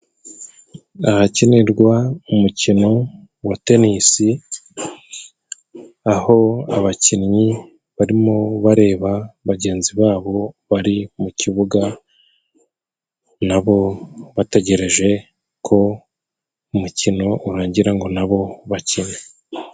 Ahakinirwa umukino wa tenisi, aho abakinnyi barimo bareba bagenzi babo bari mu kibuga, nabo bategereje ko umukino urangira ngo nabo bakine.